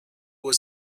was